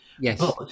yes